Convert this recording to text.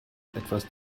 etwas